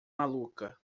maluca